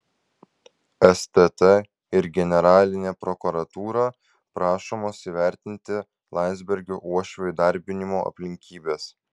stt ir generalinė prokuratūra prašomos įvertinti landsbergio uošvio įdarbinimo aplinkybes